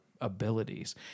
abilities